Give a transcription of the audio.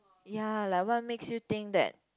ya like what makes you think that